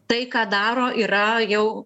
tai ką daro yra jau